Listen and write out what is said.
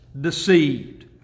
deceived